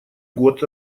год